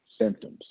Symptoms